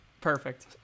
Perfect